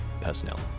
personnel